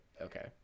Okay